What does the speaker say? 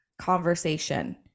conversation